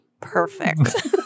perfect